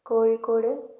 Kozhikode